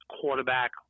quarterback